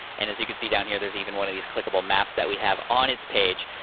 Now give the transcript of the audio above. and as you can see down here, there's even one of these clickable maps that we have on its page.